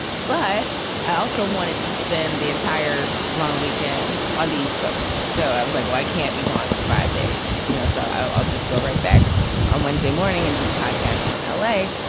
but i also wanted to spend the entire long weekend on the east coast. so i was like, well, i can't be gone for five days, you know? so i'll just go right back on wednesday morning and do the podcast from l a.